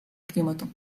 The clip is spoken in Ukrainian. клімату